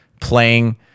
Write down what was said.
playing